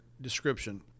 description